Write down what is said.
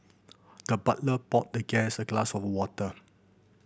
the butler poured the guest a glass of water